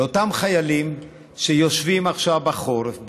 אותם חיילים יושבים עכשיו בחורף,